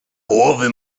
połowy